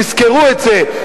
תזכרו את זה.